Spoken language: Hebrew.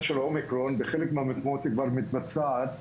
של האומיקרון בחלק מהמקומות כבר מתבצעת.